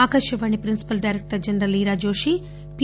Akashvani principal director general Ira Joshi P